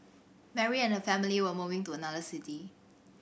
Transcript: Mary and her family were moving to another city